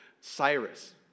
Cyrus